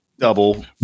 Double